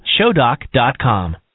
ShowDoc.com